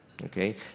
Okay